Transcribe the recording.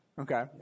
Okay